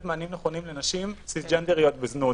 מענים נכונים לנשים סיסג'נדריות בזנות.